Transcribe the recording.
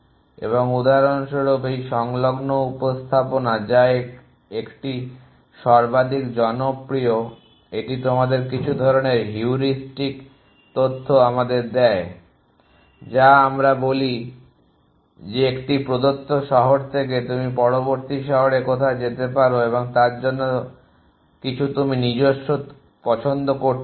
এবং উদাহরণস্বরূপ এই সংলগ্ন উপস্থাপনা যা 1টি সর্বাধিক জনপ্রিয় এটি তোমাদের কিছু ধরণের হিউরিস্টিক তথ্য আমাদের দেয় যা আমরা বলি যে একটি প্রদত্ত শহর থেকে তুমি পরবর্তী শহরে কোথায় যেতে পারো তার জন্য কিছু তুমি নিজস্ব কিছু পছন্দ করতে পারো